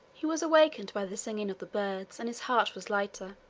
he was awakened by the singing of the birds, and his heart was lighter.